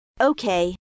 Okay